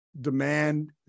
demand